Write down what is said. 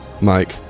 Mike